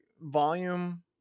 volume